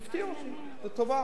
הפתיע אותי לטובה.